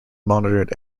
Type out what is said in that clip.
monitored